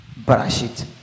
Barashit